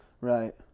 right